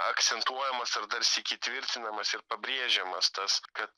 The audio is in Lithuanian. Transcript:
akcentuojamas ar dar sykį tvirtinamas ir pabrėžiamas tas kad